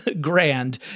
grand